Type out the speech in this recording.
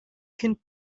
kind